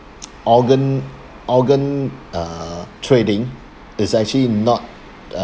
organ organ uh trading is actually not